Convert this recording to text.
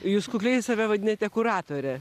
jūs kukliai save vadinate kuratore